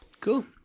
Cool